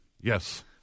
Yes